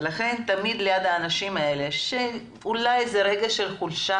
לכן תמיד ליד האנשים האלה שאולי איזה רגע של חולשה,